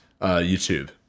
youtube